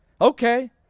Okay